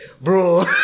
Bro